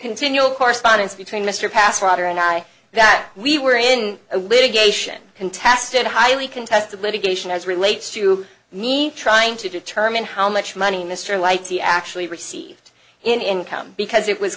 continual correspondence between mr past ryder and i that we were in a litigation contested highly contested litigation as relates to me trying to determine how much money mr lighty actually received in income because it was